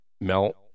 melt